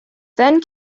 then